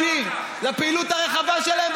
לפעילות המדהימה שלהם,